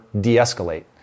de-escalate